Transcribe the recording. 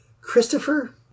Christopher